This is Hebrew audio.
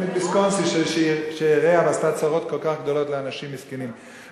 תוכנית ויסקונסין שהרעה ועשתה צרות כל כך גדולות לאנשים מסכנים.